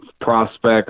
prospects